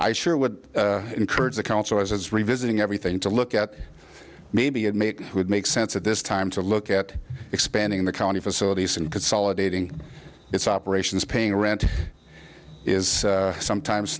i sure would encourage the council as revisiting everything to look at maybe it made would make sense at this time to look at expanding the county facilities and consolidating its operations paying rent is sometimes